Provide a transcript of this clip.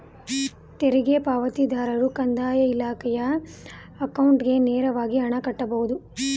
ತೆರಿಗೆ ಪಾವತಿದಾರರು ಕಂದಾಯ ಇಲಾಖೆಯ ಅಕೌಂಟ್ಗೆ ನೇರವಾಗಿ ಹಣ ಕಟ್ಟಬಹುದು